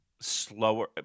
slower